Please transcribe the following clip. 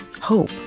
hope